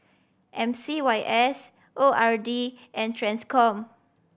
M C Y S O R D and Transcom